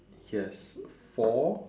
yes four